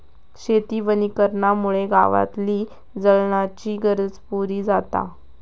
शेती वनीकरणामुळे गावातली जळणाची गरज पुरी जाता